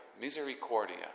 misericordia